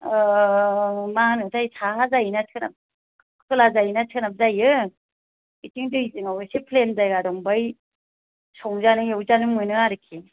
ओ मा होनोथाय साहा जायो ना सोनाब खोला जायो ना सोनाब जायो बिथिं दै जिंङाव एसे प्लेन जायगा दं बेयाव संजानो एउजानो मोनो आरोखि